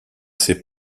ses